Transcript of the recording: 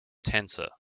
tensor